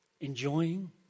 enjoying